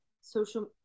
social